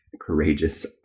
courageous